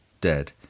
dead